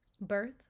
Birth